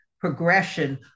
progression